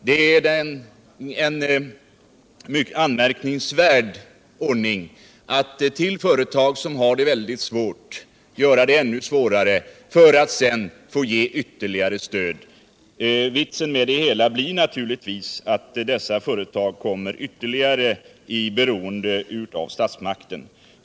Det är en anmärkningsvärd ordning att för företag som har det mycket svårt göra det ännu svårare, för att sedan få ge ytterligare stöd. Resultatet blir naturligtvis att dessa företag blir ännu mera beroende av statsmakten.